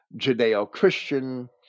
Judeo-Christian